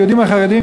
היהודים החרדים,